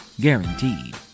Guaranteed